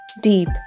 deep